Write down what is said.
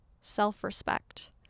self-respect